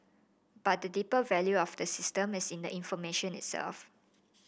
but the deeper value of the system is in the information itself